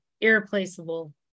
Irreplaceable